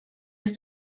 ist